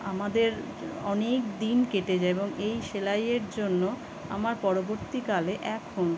আমাদের অনেক দিন কেটে যায় এবং এই সেলাইয়ের জন্য আমার পরবর্তীকালে এখন